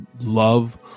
love